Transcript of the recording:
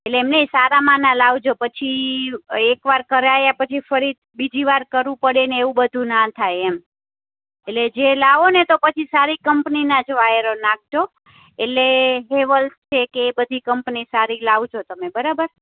એટલે એમ નહીં સારામાંના લાવજો પછી એક વાર કરાવ્યા પછી ફરી બીજી વાર કરવું પડે ને એવું બધું ના થાય એમ એટલે જે લાવો ને તો પછી સારી કંપનીના જ વાયરો નાખજો એટલે હેવલ્સ છે કે એ બધી કંપની સારી લાવજો તમે બરાબર